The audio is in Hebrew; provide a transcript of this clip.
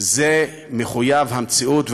מחויב המציאות.